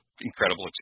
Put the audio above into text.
incredible